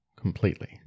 completely